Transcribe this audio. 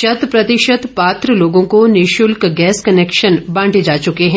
शतप्रतिशत पात्र लोगों को निशुल्क गैस कनेक्शन बांटे जा चुके हैं